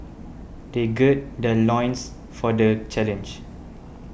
they gird their loins for the challenge